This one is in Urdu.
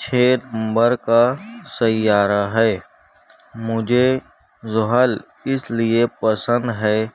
چھ نمبر کا سیارہ ہے مجھے زحل اس لئے پسند ہے